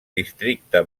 districte